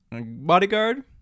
bodyguard